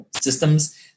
systems